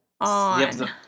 on